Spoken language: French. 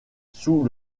sous